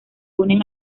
unen